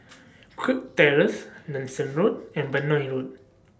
Kirk Terrace Nanson Road and Benoi Road